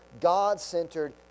God-centered